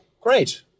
great